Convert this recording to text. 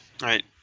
Right